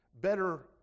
better